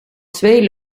twee